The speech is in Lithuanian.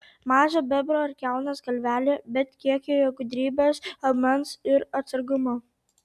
maža bebro ar kiaunės galvelė bet kiek joje gudrybės aumens ir atsargumo